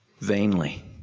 vainly